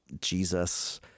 Jesus